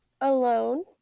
Alone